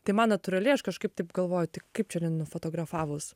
tai man natūraliai aš kažkaip taip galvoju tai kaip čia nenufotografavus